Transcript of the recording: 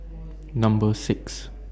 Number six